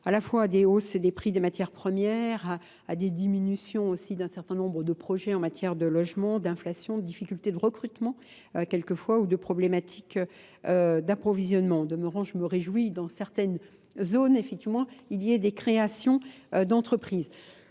à la fois à des hausses et des prix des matières premières, à des diminutions aussi d'un certain nombre de projets en matière de logement, d'inflation, de difficultés de recrutement quelquefois ou de problématiques d'approvisionnement. Demorand, je me réjouis, dans certaines zones, effectivement, il y ait des créations d'entreprises.